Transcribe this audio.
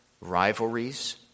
rivalries